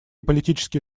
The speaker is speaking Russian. политические